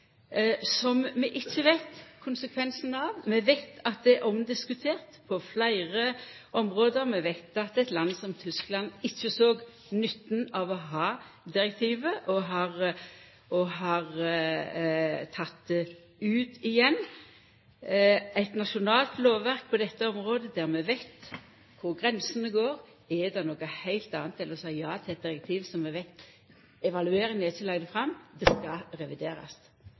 som vi ikkje veit konsekvensane av. Vi veit at det er omdiskutert på fleire område. Vi veit at eit land som Tyskland ikkje såg nytta av å ha direktivet, og har teke det ut igjen. Eit nasjonalt lovverk på dette området, der vi veit kor grensene går, er noko heilt anna enn å seia ja til eit direktiv der evalueringa ikkje leidde fram. Det skal